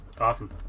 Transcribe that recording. awesome